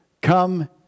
come